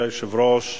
אדוני היושב-ראש,